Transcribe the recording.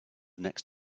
next